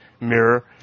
Mirror